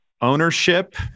ownership